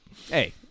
Hey